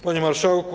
Panie Marszałku!